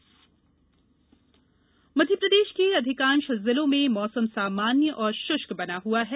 मौसम मध्यप्रदेश के अधिकांश जिलों में मौसम सामान्य और शृष्क बना हुआ है